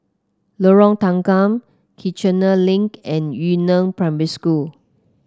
Lorong Tanggam Kiichener Link and Yu Neng Primary School